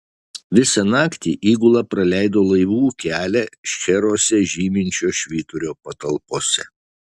visą naktį įgula praleido laivų kelią šcheruose žyminčio švyturio patalpose